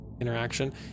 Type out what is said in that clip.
interaction